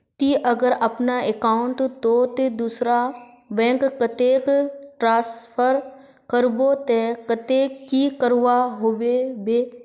ती अगर अपना अकाउंट तोत दूसरा बैंक कतेक ट्रांसफर करबो ते कतेक की करवा होबे बे?